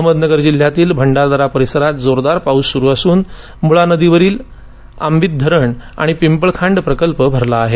अहमदनगर जिल्ह्यातील भंडारदरा परिसरात जोरदार पाऊस सुरू असून मुळा नदीवरील आंबित धरण आणि पिंपळखांड प्रकल्प भरला आहे